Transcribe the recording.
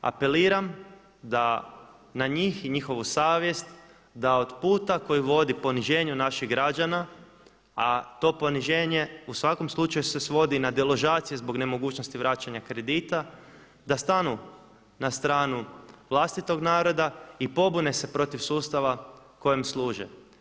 Apeliram da na njih i na njihovu savjest da od puta koje vodi poniženju naših građana, a to poniženje u svakom slučaju se svodi na deložacije zbog nemogućnosti vraćanja kredite, da stanu na stranu vlastitog naroda i pobune se protiv sustava kojem služe.